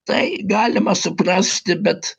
tai galima suprasti bet